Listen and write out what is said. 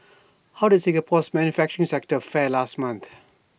how did Singapore's manufacturing sector fare last month